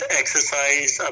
exercise